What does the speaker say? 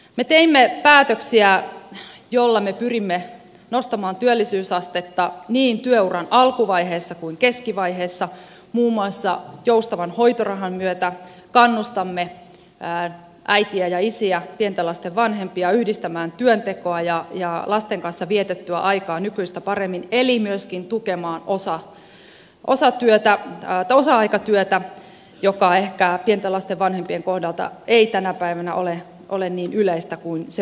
me teimme päätöksiä joilla me pyrimme nostamaan työllisyysastetta niin työuran alkuvaiheessa kuin keskivaiheessa muun muassa joustavan hoitorahan myötä kannustamme äitejä ja isiä pienten lasten vanhempia yhdistämään työntekoa ja lasten kanssa vietettyä aikaa nykyistä paremmin eli myöskin tukemaan osa aikatyötä joka ehkä pienten lasten vanhempien kohdalta ei tänä päivänä ole niin yleistä kuin se voisi olla